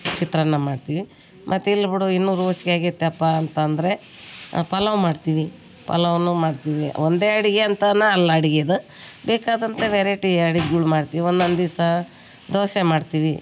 ಚಿತ್ರಾನ್ನ ಮಾಡ್ತೀವಿ ಮತ್ತೆ ಇಲ್ಲ ಬಿಡು ಇನ್ನೂ ರೋಸಿಕೆ ಆಗೈತಪ್ಪ ಅಂತಂದ್ರೆ ಪಲಾವು ಮಾಡ್ತೀವಿ ಪಲಾವನ್ನು ಮಾಡ್ತೀವಿ ಒಂದೇ ಅಡುಗೆ ಅಂತೆಯೇ ಅಲ್ಲ ಅಡ್ಗೆದು ಬೇಕಾದಂಥ ವೆರೈಟಿ ಅಡ್ಗೆಳು ಮಾಡ್ತೀವಿ ಒಂದು ಒಂದು ದಿವಸ ದೋಸೆ ಮಾಡ್ತೀವಿ